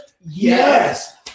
Yes